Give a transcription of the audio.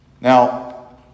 Now